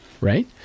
right